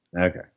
Okay